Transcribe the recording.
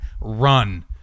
run